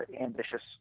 ambitious